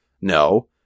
No